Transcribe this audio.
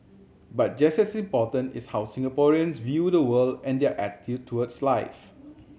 but just as important is how Singaporeans view the world and their attitude towards life